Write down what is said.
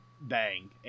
bang